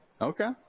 Okay